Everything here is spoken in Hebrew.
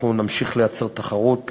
אנחנו נמשיך לייצר תחרות,